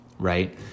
right